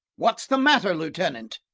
what's the matter, lieutenant?